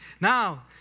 Now